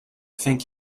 thank